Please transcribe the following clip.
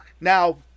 Now